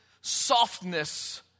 softness